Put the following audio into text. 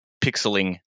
pixeling